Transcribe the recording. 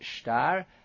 star